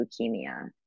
leukemia